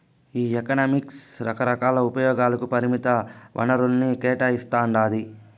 ఈ ఎకనామిక్స్ రకరకాల ఉపయోగాలకి పరిమిత వనరుల్ని కేటాయిస్తాండాది